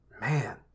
man